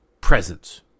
presence